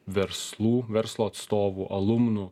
verslų verslo atstovų alumnų